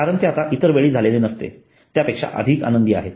कारण ते आता इतरवेळी झाले नसते त्यापेक्षा अधिक आनंदी आहेत